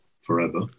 forever